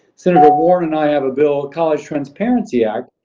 senator warren and i have a bill, college transparency act,